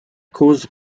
causes